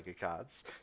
cards